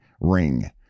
ring